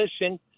listen